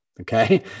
Okay